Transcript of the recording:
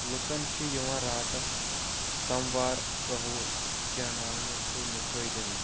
لوٗکَن چھِ یِوان راتَس سموار قہوٕ چیٛاوناونہٕ تہٕ مِٹھٲے دِنہٕ